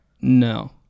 no